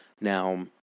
Now